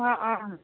অঁ অঁ অঁ